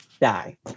die